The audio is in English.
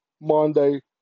Monday